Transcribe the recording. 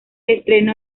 estreno